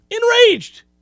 enraged